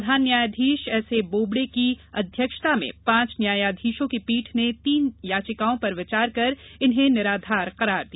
प्रधान न्यायाधीश एसए बोबडे की अध्यक्षता में पांच न्यायाधीशों की पीठ ने तीन याचिकाओं पर विचार कर इन्हें निराधार करार दिया